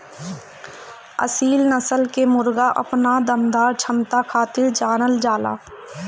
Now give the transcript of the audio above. असील नस्ल के मुर्गा अपना दमदार क्षमता खातिर जानल जाला